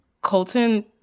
Colton